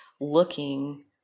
looking